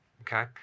Okay